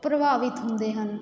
ਪ੍ਰਭਾਵਿਤ ਹੁੰਦੇ ਹਨ